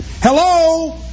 Hello